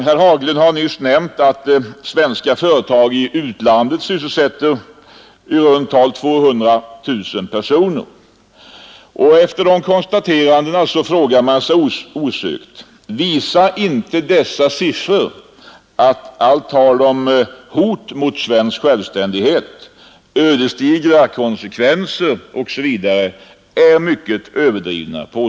Herr Haglund har nämnt att svenska företag i utlandet sysselsätter i runt tal 200 000 personer. Efter dessa konstateranden frågar man sig osökt: Visar inte dessa siffror att allt tal om hot mot svensk självständighet, ödesdigra konsekvenser osv. är mycket överdrivna?